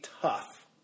tough